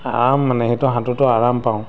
আৰাম মানে সেইটো সাঁতোৰটো আৰাম পাওঁ